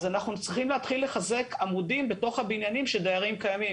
אז אנחנו צריכים להתחיל לחזק עמודים בתוך הבניינים שדיירים קיימים.